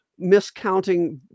miscounting